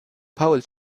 paul